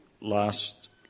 last